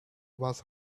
was